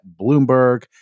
Bloomberg